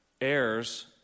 heirs